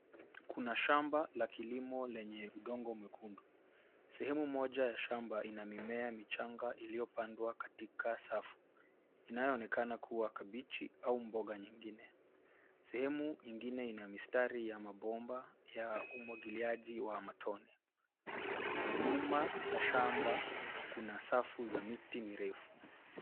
Kuna shamba la kilimo lenye udongo mwekundu. Sehemu moja ya shamba ina mimea michanga iliyopandwa katika safu inayoonekana kuwa kabichi au mboga nyingine. Sehemu ingine ina mistari ya mabomba ya umwagiliaji wa matone. Nyuma ya shamba kuna safu za miti mirefu.